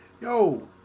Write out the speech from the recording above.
yo